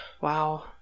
Wow